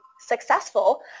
successful